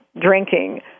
drinking